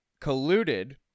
colluded